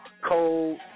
cold